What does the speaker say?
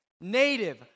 native